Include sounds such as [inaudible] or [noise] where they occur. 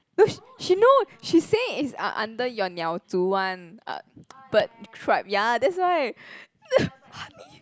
no she she know she say it's uh under your 鸟猪 one uh bird tribe ya that's why [laughs] funny